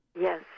Yes